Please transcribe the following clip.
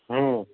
ହୁଁ